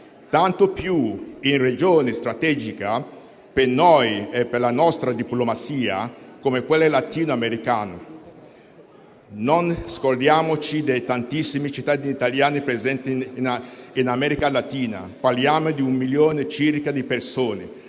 tanto più in una regione strategica per noi e per la nostra diplomazia come quella latino-americana. Non scordiamoci dei tantissimi cittadini italiani presenti in America latina: parliamo di circa un milione di persone,